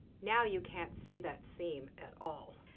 now you can't see that seam at all.